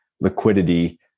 liquidity